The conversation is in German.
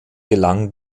gelang